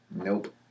Nope